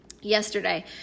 yesterday